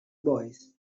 boys